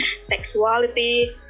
sexuality